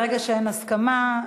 ברגע שאין הסכמה,